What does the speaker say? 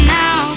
now